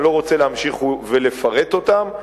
אני לא רוצה להמשיך ולפרט אותן.